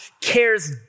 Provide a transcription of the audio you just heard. cares